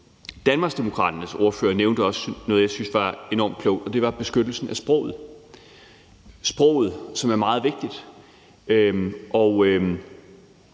Danmarksdemokraternes ordfører nævnte også noget, som jeg synes var enormt klogt, og det var beskyttelsen af sproget, som er meget vigtigt,